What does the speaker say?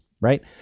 right